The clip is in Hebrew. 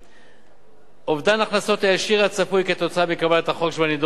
אובדן ההכנסות הישיר הצפוי מקבלת החוק שבנדון וקביעת מע"מ